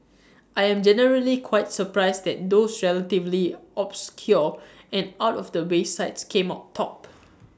I am generally quite surprised that those relatively obscure and out of the way sites came out top